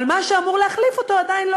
אבל מה שאמור להחליף אותו עדיין לא